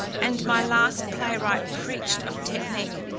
and my last playwright preached of technique,